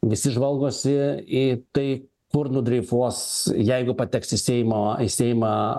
visi žvalgosi į tai kur nudreifuos jeigu pateks į seimo į seimą